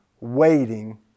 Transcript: waiting